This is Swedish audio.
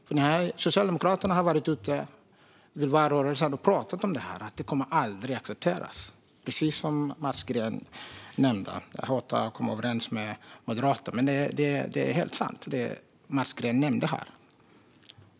När Socialdemokraterna var ute i valrörelsen och pratade om det här sa de att det aldrig kommer att accepteras, som Mats Green nämnde. Jag hatar att vara överens med en moderat, men det Mats Green nämnde här är helt sant.